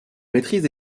maîtrise